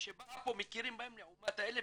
כשבאים לפה מכירים בהם לעומת אלה.